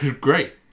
great